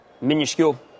minuscule